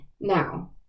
now